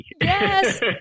Yes